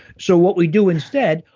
so what we do instead,